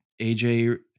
AJ